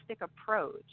approach